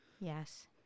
Yes